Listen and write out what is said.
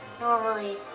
Normally